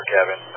Kevin